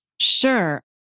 Sure